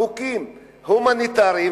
חוקים הומניטריים,